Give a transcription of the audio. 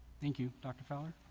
thank you dr. fowler